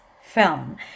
film